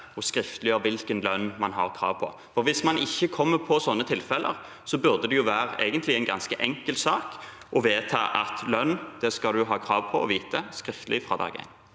å skriftliggjøre hvilken lønn man har krav på? Og hvis man ikke kommer på slike tilfeller, burde det egentlig være en ganske enkel sak å vedta at en skal ha krav på å vite lønn skriftlig fra dag én.